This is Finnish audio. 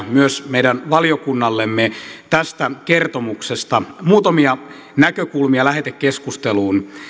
myös meidän valiokunnallemme tästä kertomuksesta muutamia näkökulmia lähetekeskusteluun